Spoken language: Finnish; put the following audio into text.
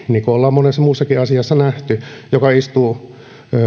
niin kuin ollaan monessa muussakin asiassa nähty tämä harmonisointi joka istuu